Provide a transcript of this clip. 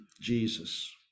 Jesus